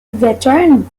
veteran